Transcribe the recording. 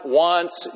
wants